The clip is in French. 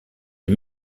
les